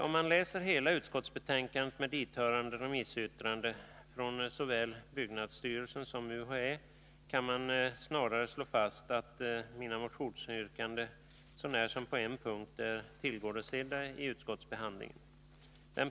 Om man läser hela utskottsbetänkandet med dithörande remissyttranden från såväl byggnadsstyrelsen som UHÄ kan man snarare slå fast att mina motionsyrkanden, så när som på en punkt, är tillgodosedda i utskottsbe handlingen.